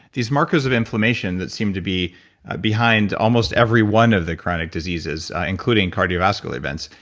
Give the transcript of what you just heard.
these markers of inflammation that seem to be behind almost every one of the chronic diseases, including cardiovascular events.